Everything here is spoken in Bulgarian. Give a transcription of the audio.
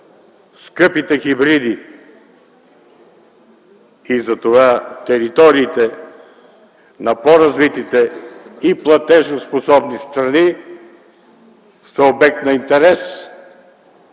скъпите хибриди и затова териториите на по-развитите и платежоспособни страни са обект на интерес